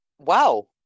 Wow